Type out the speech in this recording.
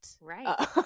Right